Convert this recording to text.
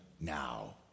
now